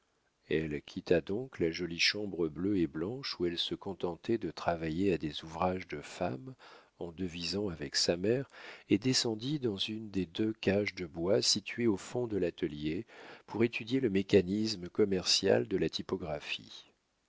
elle quitta donc la jolie chambre bleue et blanche où elle se contentait de travailler à des ouvrages de femme en devisant avec sa mère et descendit dans une des deux cages de bois situées au fond de l'atelier pour étudier le mécanisme commercial de la typographie